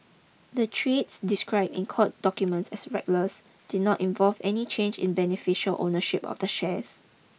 the trades described in court documents as reckless did not involve any change in beneficial ownership of the shares